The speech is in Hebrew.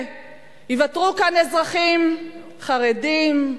ייוותרו כאן אזרחים חרדים,